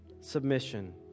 submission